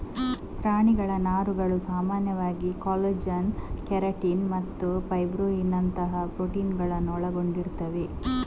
ಪ್ರಾಣಿಗಳ ನಾರುಗಳು ಸಾಮಾನ್ಯವಾಗಿ ಕಾಲಜನ್, ಕೆರಾಟಿನ್ ಮತ್ತು ಫೈಬ್ರೋಯಿನ್ ನಂತಹ ಪ್ರೋಟೀನುಗಳನ್ನ ಒಳಗೊಂಡಿರ್ತವೆ